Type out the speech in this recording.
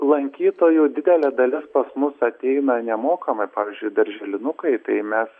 lankytojų didelė dalis pas mus ateina nemokamai pavyzdžiui darželinukai tai mes